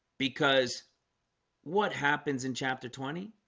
because what happens in chapter twenty